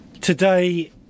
today